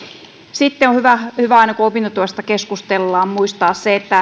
sitten on hyvä hyvä aina kun opintotuesta keskustellaan muistaa se